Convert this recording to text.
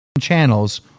channels